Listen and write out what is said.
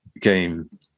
game